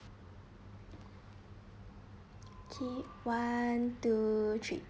okay one two three